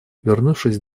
вернувшись